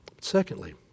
Secondly